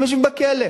הם יושבים בכלא.